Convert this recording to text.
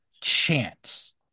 chance